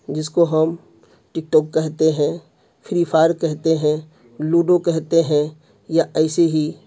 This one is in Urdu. جس کو ہم ٹک ٹاک کہتے ہیں فری فائر کہتے ہیں لوڈو کہتے ہیں یا ایسے ہی